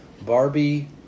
Barbie